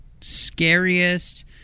scariest